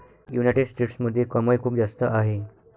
United स्टेट्समध्ये कमाई खूप जास्त आहे